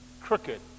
crooked